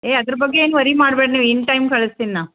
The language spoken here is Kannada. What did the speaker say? ಏ ಅದ್ರ ಬಗ್ಗೆ ಏನು ವರಿ ಮಾಡ್ಬೇಡ ನೀವು ಇನ್ ಟೈಮ್ ಕಳ್ಸ್ತೀನಿ ನಾನು